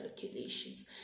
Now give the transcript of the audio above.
calculations